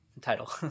title